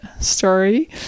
story